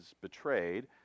betrayed